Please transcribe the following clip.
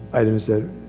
items that